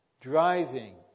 driving